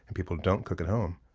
and people don't cook at home.